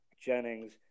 Jennings